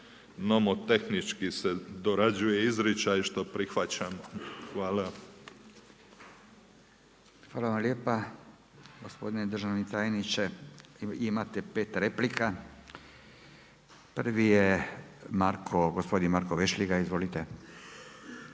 Nomotehnički se dorađuje izričaj što prihvaćamo. Hvala. **Radin, Furio (Nezavisni)** Hvala vam lijepa gospodine državni tajniče. Imate pet replika, prvi je gospodin Marko VEšligaj. Izvolite.